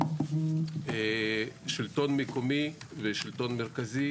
שלטון מקומי ושלטון מרכזי